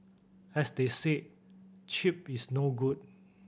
as they say cheap is no good